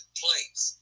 place